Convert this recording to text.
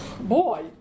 boy